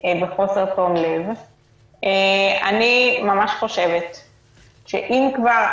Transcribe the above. אני חושבת שאם זו הכוונה,